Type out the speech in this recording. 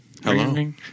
Hello